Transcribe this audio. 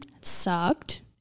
sucked